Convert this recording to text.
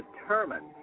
determined